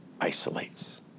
isolates